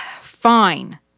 Fine